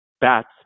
bats